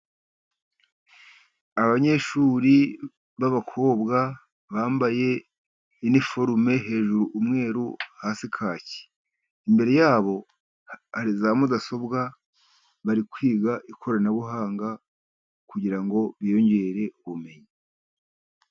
Abanyeshuri b'abakobwa bambaye iniforume hejuru umweru hasi kake. Imbere yabo hari za mudasobwa. Bari kwiga ikoranabuhanga kugira ngo biyongerere ubumenyi.